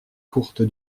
courte